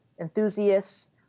enthusiasts